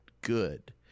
good